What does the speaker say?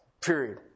Period